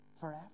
forever